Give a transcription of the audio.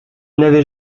n’avait